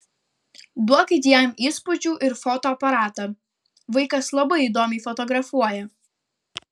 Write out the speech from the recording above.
duokit jam įspūdžių ir fotoaparatą vaikas labai įdomiai fotografuoja